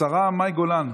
השרה מאי גולן,